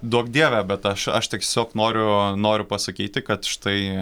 duok dieve bet aš aš tiesiog noriu noriu pasakyti kad štai